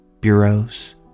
bureaus